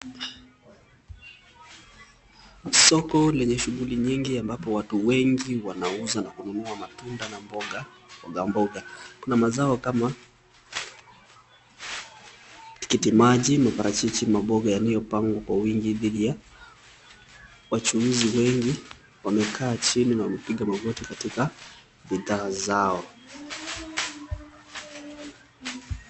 Soko lenye shughuli ambapo watu wengi wanauza na kununua matunda na mboga. Kuna mazao kama tikiti maji na maparachichi mabonga yanayopagwa kwa wingi dhidi ya wachuuzi wengi wamekaa chini na kupiga magoti katika bidhaa zao.